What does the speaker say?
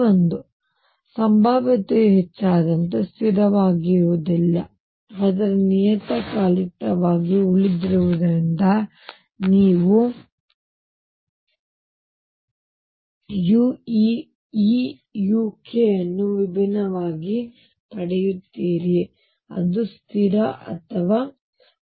ಆದ್ದರಿಂದ ಸಂಭಾವ್ಯತೆಯು ಹೆಚ್ಚಾದಂತೆ ಸ್ಥಿರವಾಗಿರುವುದಿಲ್ಲ ಆದರೆ ನಿಯತಕಾಲಿಕವಾಗಿ ಉಳಿಯುವುದರಿಂದ ನೀವು ಈ uk ಅನ್ನು ವಿಭಿನ್ನವಾಗಿ ಪಡೆಯುತ್ತೀರಿ ಅದು ಸ್ಥಿರ ಅಥವಾ 1